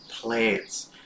Plants